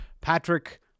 Patrick